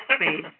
space